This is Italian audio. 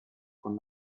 con